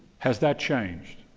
has that changed?